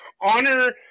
honor